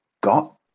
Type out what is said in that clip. got